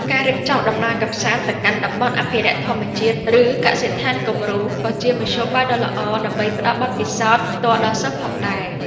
ការរៀបចំដំណើរកម្សាន្តទៅកាន់តំបន់អភិរក្សធម្មជាតិ ឬកសិដ្ឋានគំរូក៏ជាមធ្យោបាយដ៏ល្អដើម្បីផ្តល់បទពិសោធន៍ផ្ទាល់ដល់សិស្សផងដែរ។